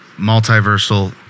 multiversal